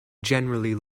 generally